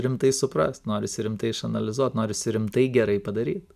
rimtai suprast norisi rimtai išanalizuot norisi rimtai gerai padaryt